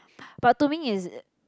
but to me it's